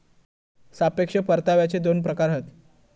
सापेक्ष परताव्याचे दोन प्रकार हत